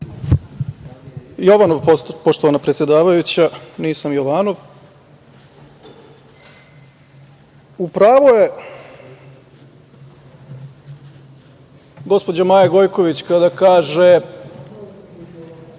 Jovanov, poštovana predsedavajuća nisam Jovanov.U pravu je gospođa Maja Gojković kada kaže